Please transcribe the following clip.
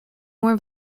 more